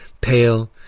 pale